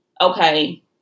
okay